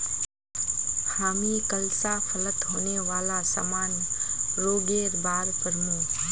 हामी कल स फलत होने वाला सामान्य रोगेर बार पढ़ मु